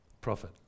profit